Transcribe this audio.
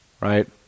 right